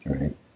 right